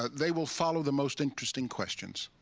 ah they will follow the most interesting questions.